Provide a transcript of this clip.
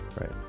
Right